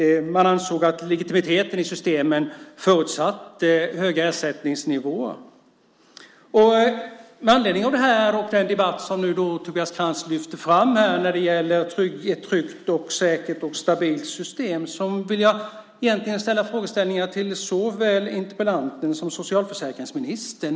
Man ansåg att legitimiteten i systemen förutsatte höga ersättningsnivåer. Med anledning av det och den debatt som Tobias Krantz lyfter fram när det gäller ett tryggt, säkert och stabilt system vill jag egentligen ställa frågor till såväl interpellanten som socialförsäkringsministern.